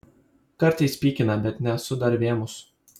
kartais pykina bet nesu dar vėmus